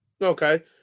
Okay